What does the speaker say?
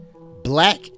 black